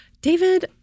David